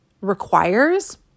requires